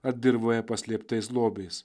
ar dirvoje paslėptais lobiais